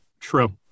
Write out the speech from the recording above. True